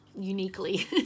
uniquely